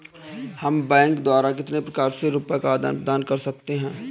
हम बैंक द्वारा कितने प्रकार से रुपये का आदान प्रदान कर सकते हैं?